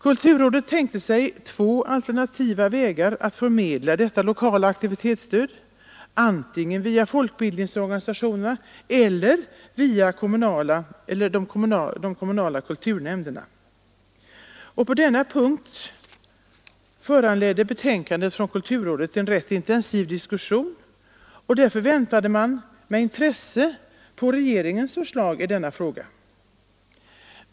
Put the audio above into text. Kulturrådet tänkte sig två alternativa vägar att förmedla detta lokala aktivitetsstöd — antingen via folkbildningsorganisationerna eller via de kommunala kulturnämnderna. På denna punkt föranledde betänkandet från kulturrådet en rätt intensiv diskussion. Därför väntade man med intresse på regeringens förslag i denna fråga.